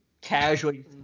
casually